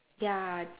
ya